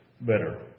better